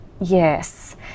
Yes